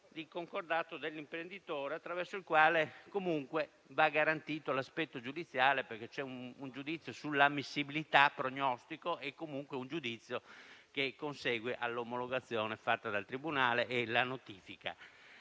di concordato dell'imprenditore, attraverso la quale comunque va garantito l'aspetto giudiziale, perché c'è un giudizio prognostico sull'ammissibilità che comunque consegue all'omologazione fatta dal tribunale e alla notifica.